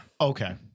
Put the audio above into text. Okay